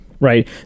Right